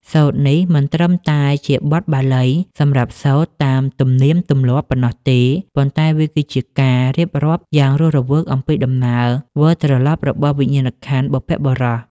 សូត្រនេះមិនត្រឹមតែជាបទបាលីសម្រាប់សូត្រតាមទំនៀមទម្លាប់ប៉ុណ្ណោះទេ ប៉ុន្តែវាគឺជាការរៀបរាប់យ៉ាងរស់រវើកអំពីដំណើរវិលត្រឡប់របស់វិញ្ញាណក្ខន្ធបុព្វបុរស។